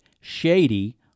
shady